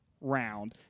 round